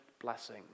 blessing